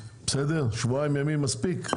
שבועיים ימים, מספיק?